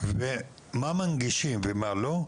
מה מנגישים ומה לא,